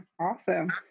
awesome